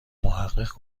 محقق